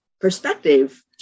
perspective